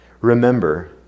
Remember